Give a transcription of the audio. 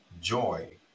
joy